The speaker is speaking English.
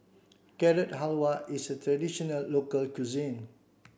Carrot Halwa is a traditional local cuisine